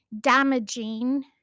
damaging